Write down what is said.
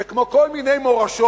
וכמו כל מיני מורשות,